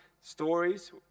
stories